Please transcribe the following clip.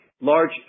large